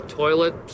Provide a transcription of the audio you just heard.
toilet